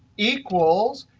equals,